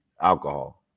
alcohol